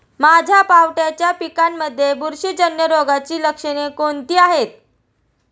माझ्या पावट्याच्या पिकांमध्ये बुरशीजन्य रोगाची लक्षणे कोणती आहेत?